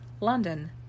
London